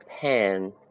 pen